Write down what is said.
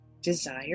desire